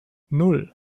nan